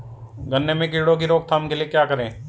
गन्ने में कीड़ों की रोक थाम के लिये क्या करें?